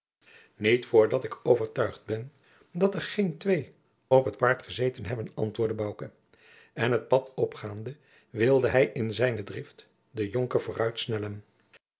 niet voor dat ik overtuigd ben dat er geen twee op het paard gezeten hebben antwoordde bouke en het pad opgaande wilde hij in zijne drift den jonker